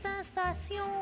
sensation